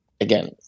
again